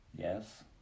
Yes